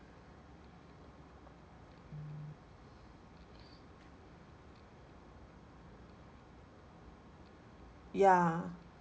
ya